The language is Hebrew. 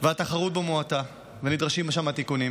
והתחרות בו מועטה, ונדרשים שם תיקונים,